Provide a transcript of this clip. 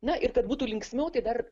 na ir kad būtų linksmiau tai dar